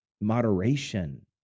moderation